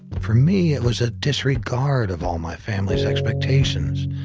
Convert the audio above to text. for me, it was a disregard of all my family's expectations.